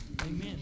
Amen